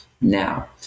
now